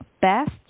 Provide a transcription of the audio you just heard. best